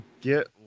get